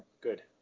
Good